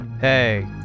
Hey